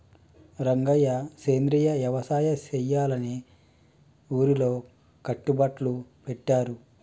రంగయ్య సెంద్రియ యవసాయ సెయ్యాలని ఊరిలో కట్టుబట్లు పెట్టారు